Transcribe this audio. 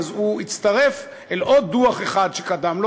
אז הוא הצטרף אל עוד דוח אחד שקדם לו